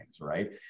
right